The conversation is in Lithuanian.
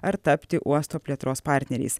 ar tapti uosto plėtros partneriais